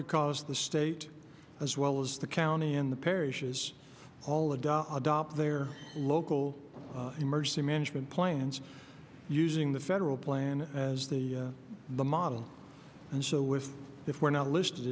because the state as well as the county and the parishes all adopt adopt their local emergency management plans using the federal plan as the model and so with if we're not listed